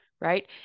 Right